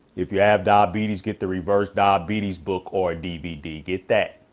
if you have diabetes, get the reverse diabetes book or dvd. get that